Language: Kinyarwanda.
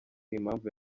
impamvu